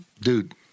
Dude